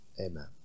amen